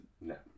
no